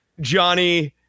Johnny